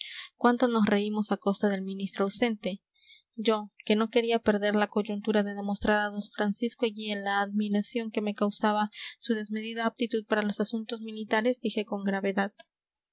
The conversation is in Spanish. cuánto nos reímos a costa del ministro ausente yo que no quería perder la coyuntura de demostrar a d francisco eguía la admiración que me causaba su desmedida aptitud para los asuntos militares dije con gravedad